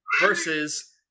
versus